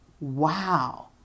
wow